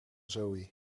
zoë